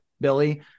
Billy